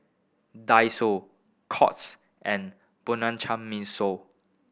Daiso Courts and Bianco Mimosa